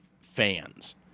fans